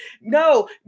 No